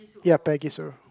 ya Peggy Sue